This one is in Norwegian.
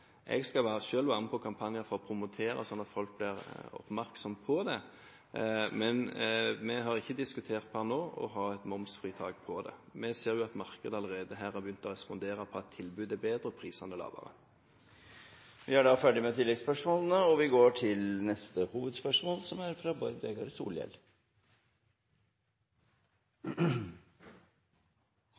Jeg skal selv være med på kampanjer for å promotere, sånn at folk blir oppmerksom på det. Men vi har ikke diskutert per nå å ha momsfritak på det. Vi ser jo at markedet allerede har begynt å respondere på at tilbudet er bedre og prisene lavere. Vi går til neste hovedspørsmål. Mitt spørsmål går til